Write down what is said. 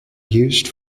used